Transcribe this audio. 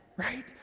Right